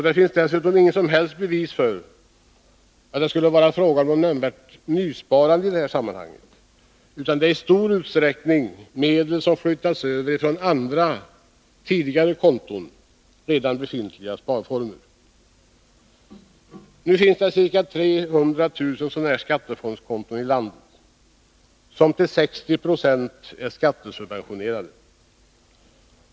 Det finns dessutom inget som helst bevis för att det skulle vara fråga om något nysparande i det här sammanhanget, utan det är i stor utsträckning sådana medel som flyttats över från andra tidigare konton, dvs. från redan befintliga sparformer. Det finns nu ca 300 000 sådana skattefondskonton i landet, som till 60 96 är skattesubventionerade.